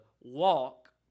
walk